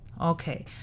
Okay